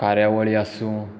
कार्यावळी आसूं